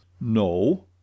No